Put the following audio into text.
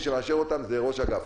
מי שמאשר אותם זה ראש האגף,